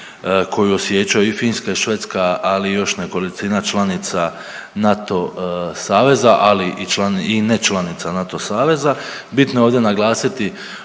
koju osjećaju i Finska i Švedska, ali i još nekolicina članica NATO saveza, ali i ne članica NATO saveza. Bitno je ovdje naglasiti